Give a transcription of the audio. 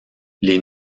les